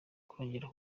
kongera